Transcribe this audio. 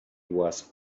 was